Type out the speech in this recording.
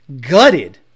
gutted